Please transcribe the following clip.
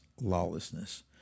lawlessness